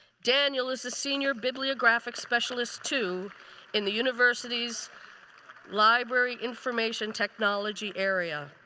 daniel is a senior bibliographic specialist too in the university's library information technology area.